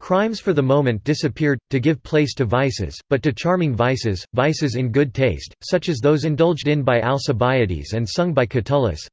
crimes for the moment disappeared, to give place to vices but to charming vices, vices in good taste, such as those indulged in by alcibiades and sung by catullus